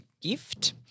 gift